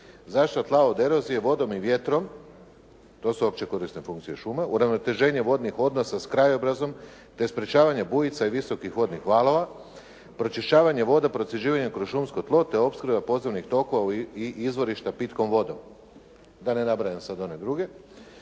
zaštita tla od erozije vodom i vjetrom. To su opće korisne funkcije šuma. Uravnoteženje vodnih odnosa s krajobrazom, te sprečavanje bujica i visokih vodnih valova, pročišćavanje voda, procjeđivanje kroz šumsko tlo, te opskrba …/Govornik se ne razumije./… tokova i izvorišta pitkom vodom. Da ne nabrajam sad one druge.